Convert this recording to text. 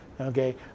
Okay